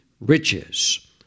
riches